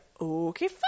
Okay